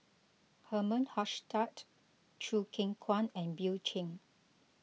Herman Hochstadt Choo Keng Kwang and Bill Chen